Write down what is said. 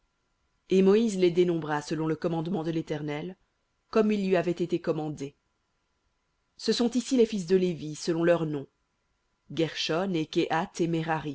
et moïse les dénombra selon le commandement de l'éternel comme il lui avait été commandé ce sont ici les fils de lévi selon leurs noms guershon et kehath